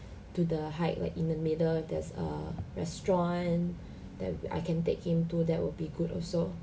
to the hike like in the middle there's a restaurant that I can take him to that would be good also